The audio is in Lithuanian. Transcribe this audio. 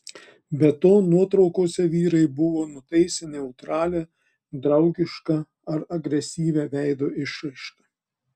be to nuotraukose vyrai buvo nutaisę neutralią draugišką ar agresyvią veido išraišką